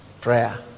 Prayer